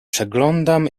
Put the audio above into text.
przeglądam